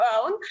own